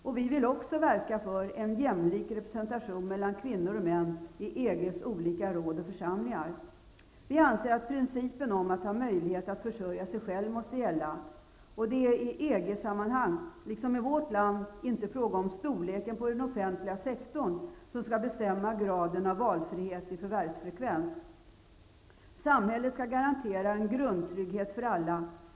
Vi i kds vill också verka för en jämlik representation mellan kvinnor och män i EG:s olika råd och församlingar. Vi anser att principen om att ha möjlighet att försörja sig själv måste gälla. Det är i EG sammanhang, liksom i vårt land, inte fråga om storleken på den offentliga sektorn som skall bestämma graden av valfrihet i förvärvsfrekvens. Samhället skall garantera en grundtrygghet för alla.